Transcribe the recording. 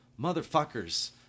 motherfuckers